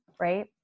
right